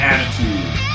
Attitude